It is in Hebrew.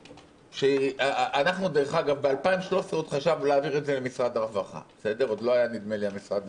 אנחנו ב-2013 עוד חשבנו להעביר את זה למשרד הרווחה - עוד לא היה המשרד,